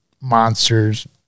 monsters